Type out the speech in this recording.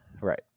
Right